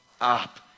up